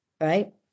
right